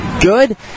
good